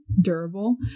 durable